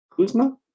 kuzma